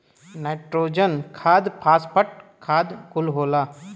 nitrogen खाद phosphate खाद कुल होला